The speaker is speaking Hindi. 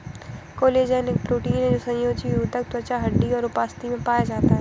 कोलेजन एक प्रोटीन है जो संयोजी ऊतक, त्वचा, हड्डी और उपास्थि में पाया जाता है